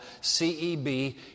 CEB